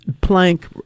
plank